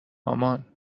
مامان